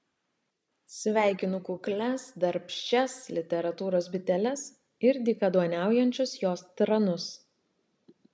sveikinu kuklias darbščias literatūros biteles ir dykaduoniaujančius jos tranus